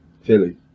Philly